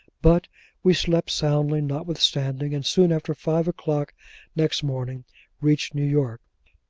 but we slept soundly, notwithstanding, and soon after five o'clock next morning reached new york.